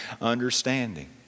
understanding